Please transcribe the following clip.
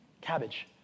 cabbage